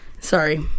Sorry